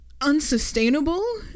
unsustainable